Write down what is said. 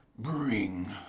bring